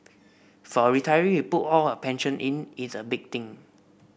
for a retiree who put all her pension in it's a big thing